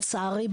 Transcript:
לצערי,